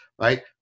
right